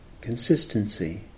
consistency